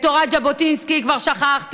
את תורת ז'בוטינסקי כבר שכחתם,